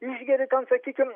išgeri ten sakykim